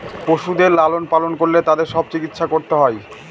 পশুদের লালন পালন করলে তাদের সব চিকিৎসা করতে হয়